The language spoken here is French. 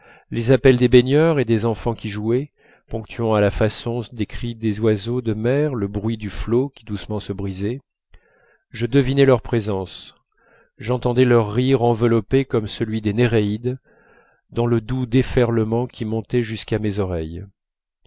les appels des baigneurs et des enfants qui jouaient ponctuant à la façon des cris des oiseaux de mer le bruit du flot qui doucement se brisait je devinais leur présence j'entendais leur rire enveloppé comme celui des néréides dans le doux déferlement qui montait jusqu'à mes oreilles